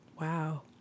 Wow